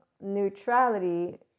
neutrality